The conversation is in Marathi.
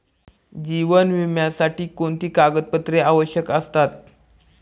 जीवन विम्यासाठी कोणती कागदपत्रे आवश्यक असतात?